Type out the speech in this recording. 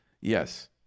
Yes